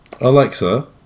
Alexa